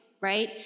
right